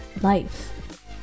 life